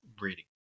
reading